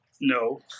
No